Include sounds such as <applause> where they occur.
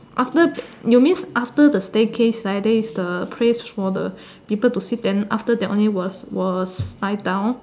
after <noise> you mean after the staircase right then is the place for the people to sit then after that one then was was slide down